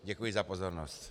Děkuji za pozornost.